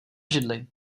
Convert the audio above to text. židli